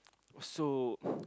so